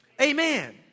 Amen